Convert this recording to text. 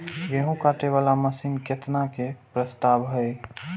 गेहूँ काटे वाला मशीन केतना के प्रस्ताव हय?